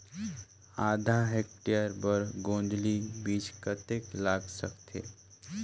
आधा हेक्टेयर बर गोंदली बीच कतेक लाग सकथे?